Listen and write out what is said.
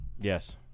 Yes